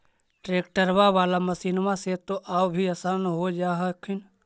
ट्रैक्टरबा बाला मसिन्मा से तो औ भी आसन हो जा हखिन?